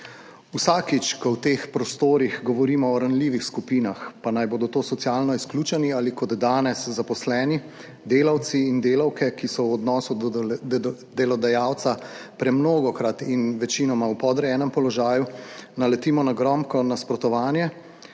Vsakič, ko v teh prostorih govorimo o ranljivih skupinah, pa naj bodo to socialno izključeni ali kot danes zaposleni delavci in delavke, ki so v odnosu do delodajalca premnogokrat in večinoma v podrejenem položaju naletimo na grobko nasprotovanje